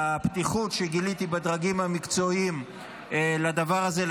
לפתיחות שגיליתי בדרגים המקצועיים לדבר הזה,